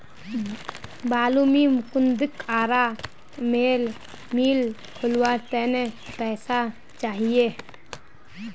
बालमुकुंदक आरा मिल खोलवार त न पैसा चाहिए